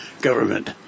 government